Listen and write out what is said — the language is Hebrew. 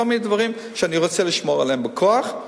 כל מיני דברים שאני רוצה לשמור עליהם בכוח,